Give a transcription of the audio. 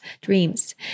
dreams